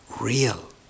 real